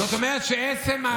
זאת אומרת שעצם,